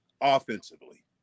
offensively